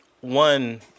one